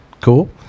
Cool